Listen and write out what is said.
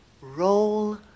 roll